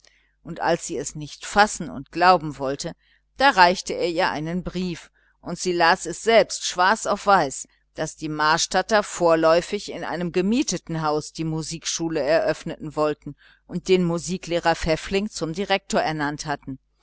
und als sie es nicht fassen und glauben wollte da reichte er ihr einen brief und sie las es selbst schwarz auf weiß daß die marstadter vorläufig in einem gemieteten lokal die musikschule eröffnen wollten und den musiklehrer pfäffling zum direktor ernannt hätten